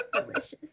Delicious